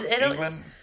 England